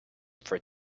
for